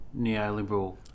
neoliberal